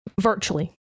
Virtually